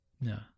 No